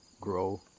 grow